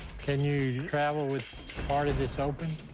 can you travel with part of this open?